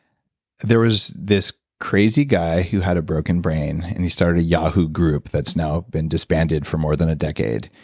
there was this crazy guy who had a broken brain and he started a yahoo group that's now been disbanded for more than a decade.